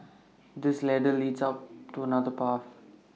this ladder leads to another path